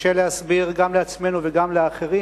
קשה להסביר גם לעצמנו וגם לאחרים